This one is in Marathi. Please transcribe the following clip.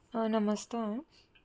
हां नमस्कार